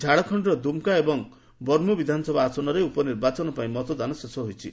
ଝାଡ଼ଖଣ୍ଡର ଦୁମ୍କା ଏବଂ ବୁର୍ମୁ ବିଧାନସଭା ଆସନରେ ଉପନିର୍ବାଚନ ପାଇଁ ମତଦାନ ଶେଷ ହୋଇଛି